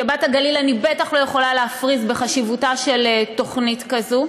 כבת הגליל אני בטח לא יכולה להפריז בחשיבותה של תוכנית כזאת,